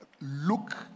look